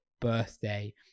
birthday